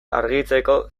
argitzeko